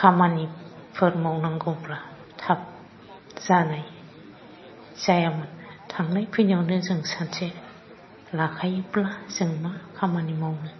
खामानिफोर मावनांगौब्ला थाब जानाय जायामोन थांनाय फैनायावनो जों सानसे लाखायोब्ला जों मा खामानि मावनो